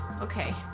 Okay